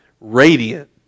radiant